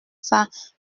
cents